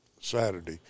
Saturday